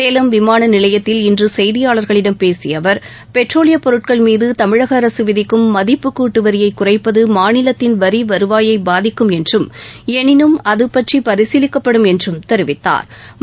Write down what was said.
சேலம் விமான நிலையத்தில் இன்று செய்தியாளர்களிடம் பேசிய அவர் பெட்ரோலியப் பொருட்கள் மீது தமிழக அரசு விதிக்கும் மதிப்புக் கூட்டு வரியை குறைப்பது மாநிலத்தின் வரி வருவாயை பாதிக்கும் என்றும் எனினும் அது பற்றி பரிசீலிக்கப்படும் என்றும் தெரிவித்தாா்